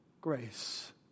grace